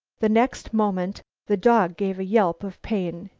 the next moment the dog gave a yelp of pain.